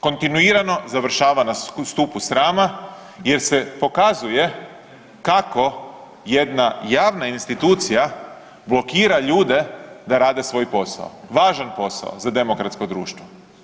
Kontinuirano završava na stupu srama jer se pokazuje kako jedna javna institucija blokira ljude da rade svoj posao, važan posao za demokratsko društvo.